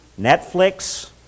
Netflix